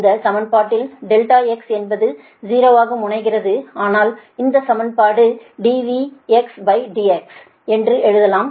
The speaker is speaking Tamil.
இந்த சமன்பாடில் Δxஎன்பது 0 ஆக முனைகிறது ஆனால் இந்த சமன்பாடு dVdx என்று எழுதலாம்